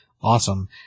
Awesome